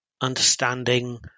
understanding